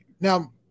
now